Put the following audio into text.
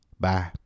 Bye